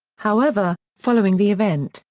however, following the event,